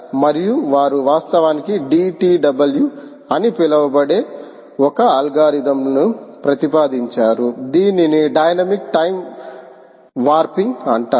మరియు వారు వాస్తవానికి DTW అని పిలువబడే ఒక అల్గోరిథంల ను ప్రతిపాదించారు దీనిని డైనమిక్ టైమ్ వార్పింగ్ అంటారు